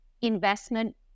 investment